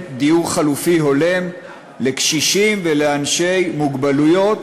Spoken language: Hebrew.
דיור חלופי הולם לקשישים ולאנשים עם מוגבלויות